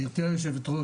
גבירתי היו"ר,